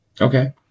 Okay